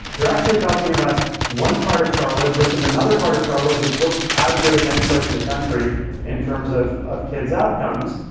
you're actually talking about one part of charlotte versus another part of charlotte, which looks as good as any place in the country in terms of of kids' outcomes,